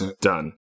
Done